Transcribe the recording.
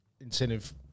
Incentive